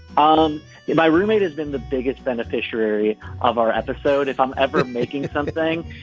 um yeah my roommate has been the biggest beneficiary of our episode. if i'm ever making it something,